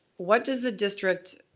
what does the district,